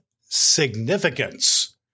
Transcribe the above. Significance